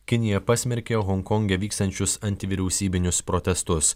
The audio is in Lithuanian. kinija pasmerkė honkonge vykstančius antivyriausybinius protestus